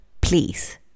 please